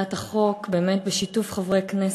הצעת החוק בשיתוף חברי הכנסת,